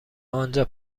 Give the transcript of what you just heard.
آنجا